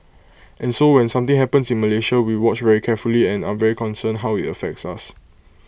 and so when something happens in Malaysia we watch very carefully and are very concerned how IT affects us